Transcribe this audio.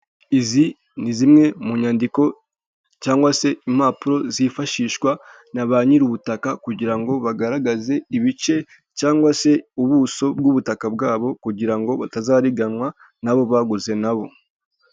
Izi ni zimwe mu nyandiko cyangwa se impapuro zifashishwa na ba nyir'ubutaka kugira ngo bagaragaze ibice cyangwa se ubuso bw'ubutaka bwabo, kugira ngo batazariganywa n'abo baguze na bo.